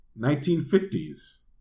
1950s